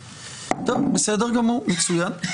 בסדר גמור, מצוין.